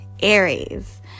Aries